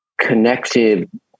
connected